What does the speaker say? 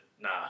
nah